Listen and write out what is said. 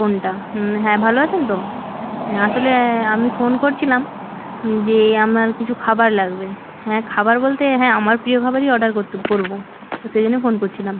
ফোনটা হ্যাঁ ভালো আছেন তো হ্যাঁ আসলে আমি ফোন করছিলাম যে আমার কিছু খাবার লাগবে হ্যাঁ খাবার বলতে হ্যাঁ আমার প্রিয় খাবারই অর্ডার করতুম করবো সেই জন্য ফোন করছিলাম